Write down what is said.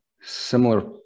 similar